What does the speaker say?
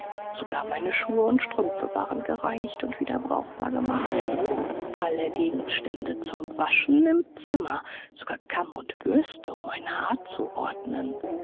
sogar meine schuhe und strümpfe waren gereinigt und wieder brauchbar gemacht alle gegenstände zum waschen im zimmer sogar kamm und bürste um mein haar zu ordnen